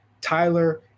Tyler